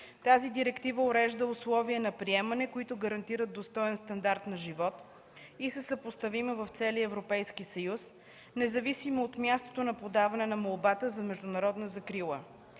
Тази директива урежда условия на приемане, които гарантират достоен стандарт на живот и са съпоставими в целия Европейски съюз независимо от мястото на подаване на молбата за международна закрила.